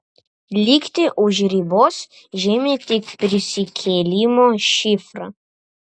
likti už ribos žymi tik prisikėlimo šifrą